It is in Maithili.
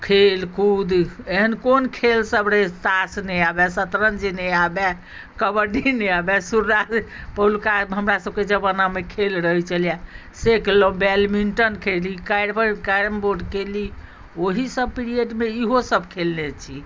खेल कूद एहन कोन खेलसब रहै ताश नहि आबए शतरञ्ज नहि आबए कबड्डी नहि आबए सुर्रा पहिलुका हमरासभके जमानामे खेल रहैत छलैए से केलहुँ बैडमिण्टन खेली कैरबर कैरम बोर्ड खेली ओहीसभ पीरियडमे इहोसभ खेलने छी